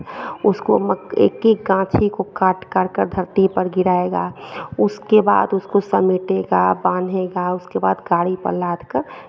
उसको मक एक एक गाछी को काट कर कर धरती पे गिराएगा उसके बाद उसको समेटेगा बांधेगा उसके बाद गाड़ी पर लादकर